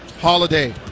holiday